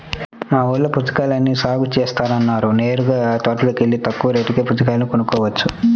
మా ఊల్లో పుచ్చకాయల్ని సాగు జేత్తన్నారు నేరుగా తోటలోకెల్లి తక్కువ రేటుకే పుచ్చకాయలు కొనుక్కోవచ్చు